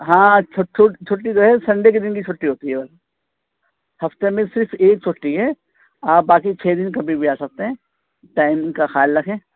ہاں چھٹی جو ہے سنڈے کے دن کی چھٹی ہوتی ہے بس ہفتے میں صرف ایک چھٹی ہے آپ باقی چھ دن کبھی بھی آ سکتے ہیں ٹائم کا خیال رکھیں